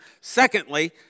secondly